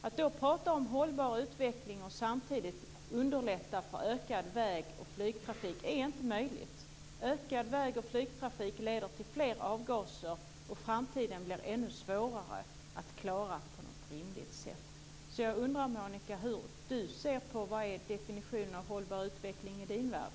Att då prata om hållbar utveckling och samtidigt underlätta för ökad väg och flygtrafik är inte möjligt. Ökad väg och flygtrafik leder till mer avgaser, och framtiden blir ännu svårare att klara på ett rimligt sätt. Så jag undrar hur Monica Öhman ser på det här. Vad är definitionen på hållbar utveckling i hennes värld?